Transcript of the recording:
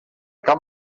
camp